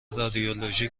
رادیولوژی